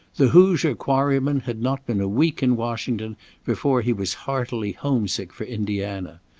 the hoosier quarryman had not been a week in washington before he was heartily home-sick for indiana.